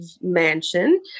mansion